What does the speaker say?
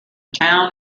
town